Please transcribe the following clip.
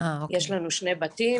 יש לנו שני בתים.